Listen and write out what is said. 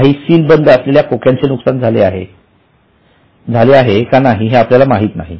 काही सील बंद असलेल्या खोक्यांचे नुकसान झाले आहे का नाही हे आपल्याला माहित नाही